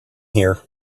here